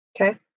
Okay